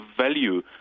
value